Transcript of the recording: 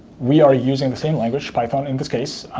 we are using the same language, python in this case,